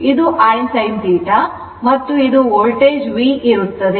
ಇದು I sin θ ಮತ್ತು ಇದು ವೋಲ್ಟೇಜ್ V ಇರುತ್ತದೆ